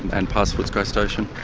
and past footscray station.